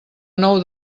nou